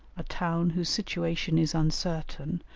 a town whose situation is uncertain,